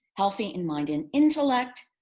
healthy in mind and intellect,